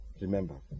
Remember